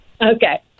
Okay